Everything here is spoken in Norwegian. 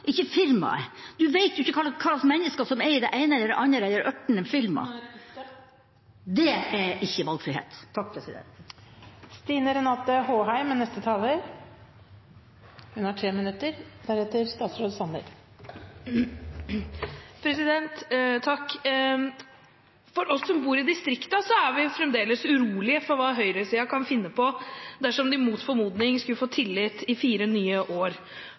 ikke bedrifter, ikke firmaer. Man vet jo ikke hva slags mennesker som er i det ene eller det andre eller det ørtende firmaet. Det er ikke valgfrihet. Vi som bor i distriktene, er fremdeles urolige for hva høyresiden kan finne på dersom de mot formodning skulle få tillit i fire nye år. Vi